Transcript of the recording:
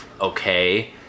okay